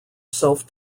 self